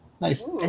Nice